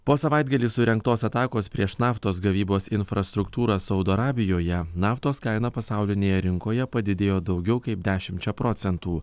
po savaitgalį surengtos atakos prieš naftos gavybos infrastruktūrą saudo arabijoje naftos kaina pasaulinėje rinkoje padidėjo daugiau kaip dešimčia procentų